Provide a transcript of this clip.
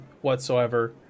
whatsoever